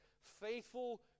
faithful